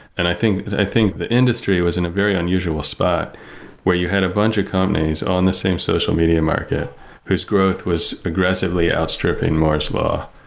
and i think i think the industry was in a very unusual spot where you had a bunch of companies on the same social media market whose growth was aggressively outstripping moore's law.